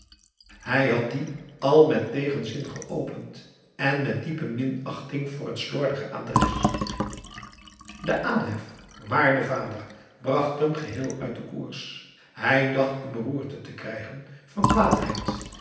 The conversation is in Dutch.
hij had dien al met tegenzin geopend en met diepe minachting voor het slordige adres de aanhef waarde vader bracht hem geheel uit den koers hij dacht een beroerte te krijgen van kwaadheid